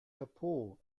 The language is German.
chapeau